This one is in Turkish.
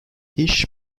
i̇ş